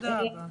תודה רבה.